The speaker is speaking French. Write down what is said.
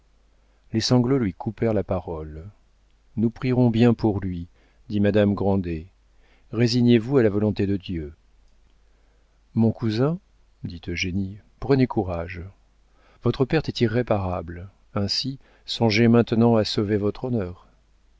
les sanglots lui coupèrent la parole nous prierons bien pour lui dit madame grandet résignez-vous à la volonté de dieu mon cousin dit eugénie prenez courage votre perte est irréparable ainsi songez maintenant à sauver votre honneur